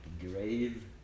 grave